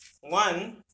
One